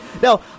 Now